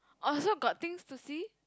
orh so got things to see